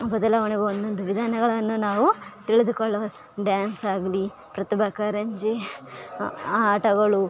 ಬದಲಾವಣೆಗಳನ್ನು ವಿಧಾನಗಳನ್ನು ನಾವು ತಿಳಿದುಕೊಳ್ಳಬಹುದು ಡ್ಯಾನ್ಸ್ ಆಗಲಿ ಪ್ರತಿಭಾ ಕಾರಂಜಿ ಆಟಗಳು